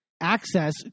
access